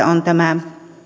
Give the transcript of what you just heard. on tämä